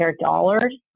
dollars